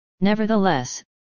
Nevertheless